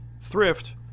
Thrift